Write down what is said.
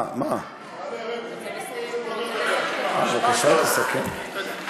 בבקשה, תסכם.